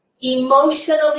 emotionally